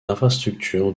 infrastructure